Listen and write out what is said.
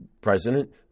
president